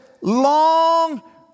long